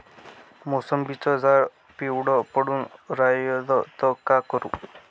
मोसंबीचं झाड पिवळं पडून रायलं त का करू?